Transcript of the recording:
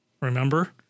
Remember